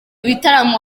bitaramo